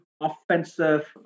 offensive